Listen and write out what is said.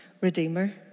Redeemer